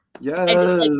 Yes